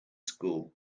school